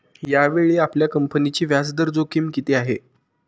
यावेळी आपल्या कंपनीची व्याजदर जोखीम किती आहे?